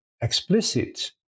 explicit